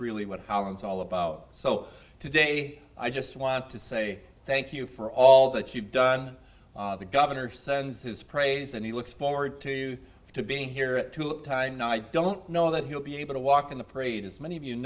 really what our it's all about so today i just want to say thank you for all that you've done the governor sends his praise and he looks forward to being here at the time i don't know that he'll be able to walk in the parade as many of you